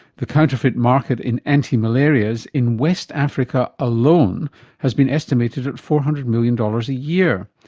the counterfeit market in antimalarials in west africa alone has been estimated at four hundred million dollars a year.